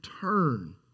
turn